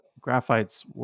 Graphite's